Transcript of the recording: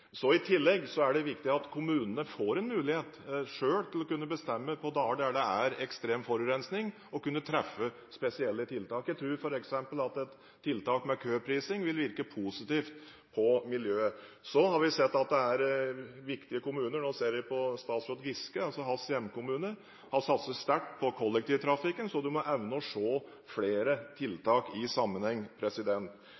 I tillegg er det viktig at kommunene får en mulighet til selv å kunne bestemme på dager der det er ekstrem forurensning, slik at de kan treffe spesielle tiltak. Jeg tror f.eks. at et tiltak med køprising vil virke positivt på miljøet. Så har vi sett at det er viktige kommuner som – og nå ser jeg på statsråd Giske, for det gjelder hans hjemkommune – har satset sterkt på kollektivtrafikken, så en må evne å se flere